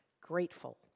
grateful